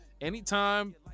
Anytime